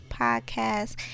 Podcast